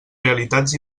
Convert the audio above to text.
realitats